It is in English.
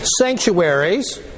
sanctuaries